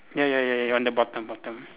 ya ya ya ya on the bottom bottom